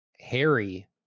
Harry